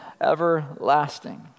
everlasting